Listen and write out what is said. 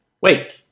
Wait